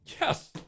Yes